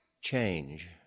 change